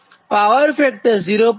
અને power factor 0